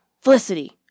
Felicity